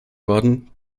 worden